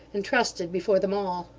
and trusted before them all!